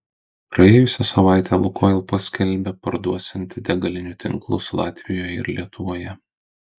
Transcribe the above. praėjusią savaitę lukoil paskelbė parduosianti degalinių tinklus latvijoje ir lietuvoje